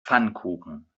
pfannkuchen